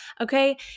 okay